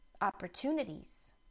opportunities